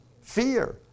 fear